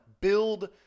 build